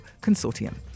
Consortium